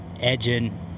edging